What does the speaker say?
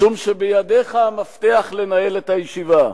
משום שבידיך המפתח לנהל את הישיבה,